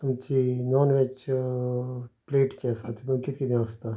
तुमची non veg plate जी आसा तेतून किद किदें आसता